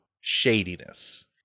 shadiness